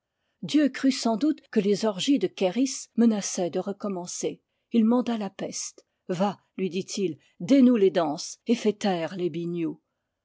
dieu crut sans doute que les orgies de ker is mena çaient de recommencer il manda la peste va lui dit-il dénoue les danses et fais taire les binious